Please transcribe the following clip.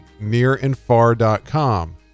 nearandfar.com